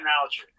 analogy